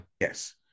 Yes